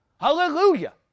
Hallelujah